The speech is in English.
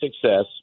success